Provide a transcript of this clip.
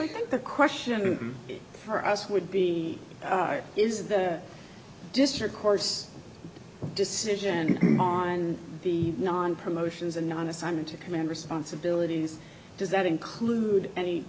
i think the question for us would be is there dysart course decision on the non promotions and non assignment to command responsibilities does that include any